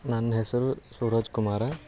ನನ್ನ ಹೆಸರು ಶಿವ್ರಾಜ ಕುಮಾರ